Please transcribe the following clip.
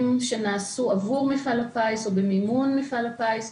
שנעשו עבור מפעל הפיס או במימון מפעל הפיס,